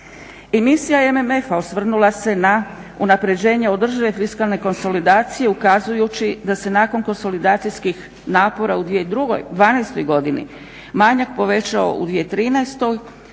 misija MMF-a osvrnula se na unapređenje održive fiskalne konsolidacije ukazujući da se nakon konsolidacijskih napora u 2012. godini manjak povećao u 2013. zbog